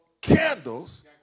Candles